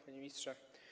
Panie Ministrze!